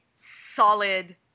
Solid